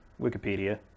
Wikipedia